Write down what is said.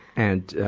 and, ah,